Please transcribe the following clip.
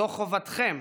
זו חובתכם